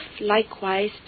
likewise